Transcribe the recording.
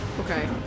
Okay